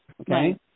Okay